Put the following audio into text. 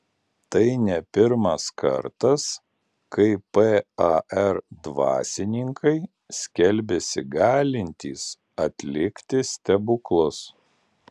tai ne pirmas kartas kai par dvasininkai skelbiasi galintys atlikti stebuklus